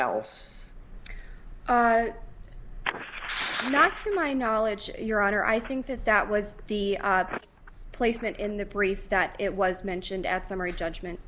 else not to my knowledge your honor i think that that was the placement in the brief that it was mentioned at summary judgment